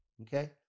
Okay